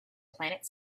planet